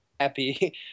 happy